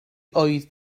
oedd